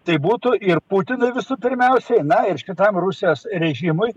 tai būtų ir putino visų pirmiausiai na ir šitam rusijos režimui